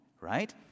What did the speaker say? right